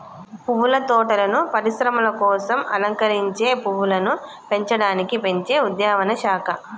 పువ్వుల తోటలను పరిశ్రమల కోసం అలంకరించే పువ్వులను పెంచడానికి పెంచే ఉద్యానవన శాఖ